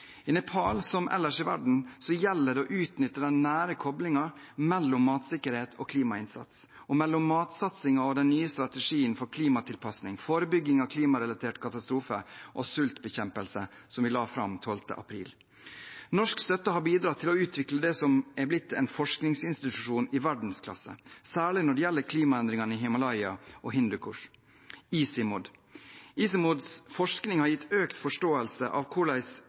I Nepal, som ellers i verden, gjelder det å utnytte den nære koblingen mellom matsikkerhet og klimainnsats og mellom matsatsingen og den nye strategien for klimatilpasning, forebygging av klimarelaterte katastrofer og sultbekjempelse som vi la fram 12. april. Norsk støtte har bidratt til å utvikle det som er blitt en forskningsinstitusjon i verdensklasse, særlig når det gjelder klimaendringene i Himalaya og Hindu Kush: ICIMOD. ICIMODs forskning har gitt økt forståelse av